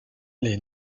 les